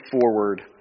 forward